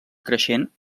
creixent